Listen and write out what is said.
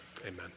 Amen